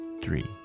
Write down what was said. three